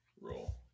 roll